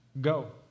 Go